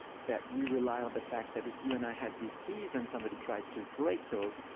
that we rely on the fact that if you and i had these keys and somebody tried to break those,